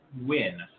win